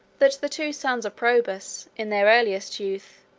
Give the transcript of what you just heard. that the two sons of probus, in their earliest youth,